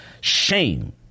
Shame